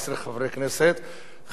לכן היא לא התקבלה.